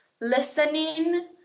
Listening